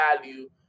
value